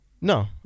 No